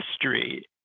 history